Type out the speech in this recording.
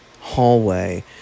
hallway